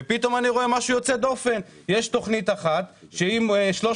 ופתאום אני רואה משהו יוצא דופן תוכנית של 300